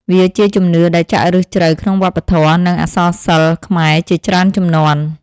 វាជាជំនឿដែលចាក់ឫសជ្រៅក្នុងវប្បធម៌ និងអក្សរសិល្ប៍ខ្មែរជាច្រើនជំនាន់។